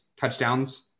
Touchdowns